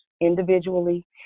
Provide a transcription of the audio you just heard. individually